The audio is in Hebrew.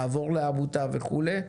לעבור לעמותה וכולי.